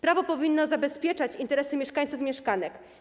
Prawo powinno zabezpieczać interesy mieszkańców i mieszkanek.